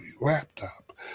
laptop